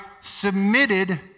Submitted